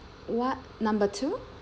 what number two